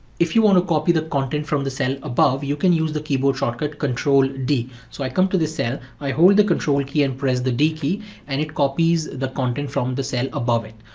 if you want to copy the content from the cell above, you can use the keyboard shortcut control d. so i come to the cell, i hold the control key and press the d key and it copies the content from the cell above it.